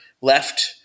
left